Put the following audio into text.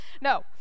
No